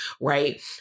right